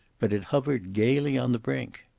but it hovered gayly on the brink.